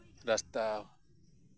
ᱨᱟᱥᱛᱟ